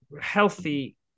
healthy